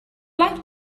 luck